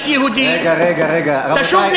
רגע, רגע, רגע, אתה,